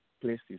places